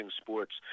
sports